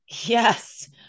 yes